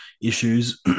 issues